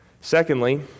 Secondly